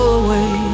away